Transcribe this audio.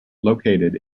located